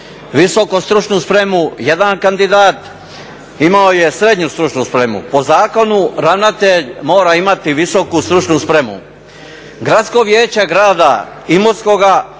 visoku stručnu spremu, 1 kandidat imao je srednju stručnu spremu. Po zakonu ravnatelj mora imati visoku stručnu spremu. Gradsko vijeće grada Imotskoga